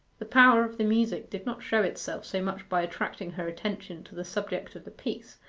the power of the music did not show itself so much by attracting her attention to the subject of the piece,